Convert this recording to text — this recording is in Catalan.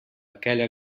aquella